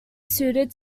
suited